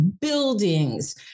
buildings